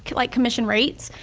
like commission rates.